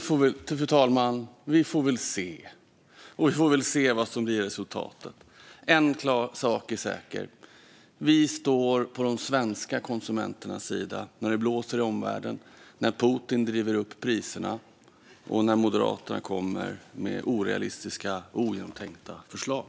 Fru talman! Vi får väl se vad som blir resultatet. En sak är säker. Vi står på de svenska konsumenternas sida när det blåser i omvärlden, när Putin driver upp priserna och när Moderaterna kommer med orealistiska och ogenomtänkta förslag.